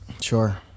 Sure